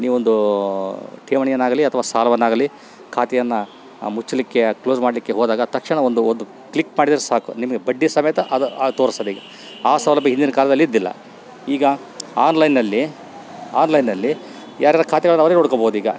ನೀವೊಂದು ಠೇವಣಿಯನ್ನಾಗಲಿ ಅಥವ ಸಾಲವನ್ನಾಗಲಿ ಖಾತೆಯನ್ನ ಮುಚ್ಲಿಕ್ಕೆ ಕ್ಲೋಸ್ ಮಾಡ್ಲಿಕ್ಕೆ ಹೋದಾಗ ತಕ್ಷಣ ಒಂದು ಒಂದು ಕ್ಲಿಕ್ ಮಾಡಿದ್ರೆ ಸಾಕು ನಿಮಗೆ ಬಡ್ಡಿ ಸಮೇತ ಅದು ತೋರಿಸ್ತದೀಗ ಆ ಸೌಲಭ್ಯ ಹಿಂದಿನ ಕಾಲ್ದಲ್ಲಿ ಇದ್ದಿಲ್ಲ ಈಗ ಆನ್ಲೈನ್ನಲ್ಲಿ ಆನ್ಲೈನ್ನಲ್ಲಿ ಯಾರ್ಯಾರ ಖಾತೆಗಳನ್ ಅವರೆ ನೋಡ್ಕೋಬೋದು ಈಗ